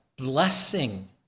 blessing